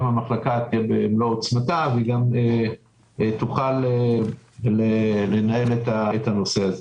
המחלקה הזאת תהיה במלוא עוצמתה ותוכל לנהל את הנושא הזה.